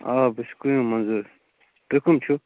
آ بہٕ چھُس قٔیوٗم مَنظوٗر تُہۍ کٕم چھُ